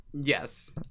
Yes